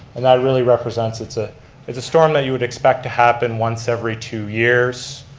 and that really represents, it's ah it's a storm that you would expect to happen once every two years.